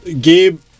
Gabe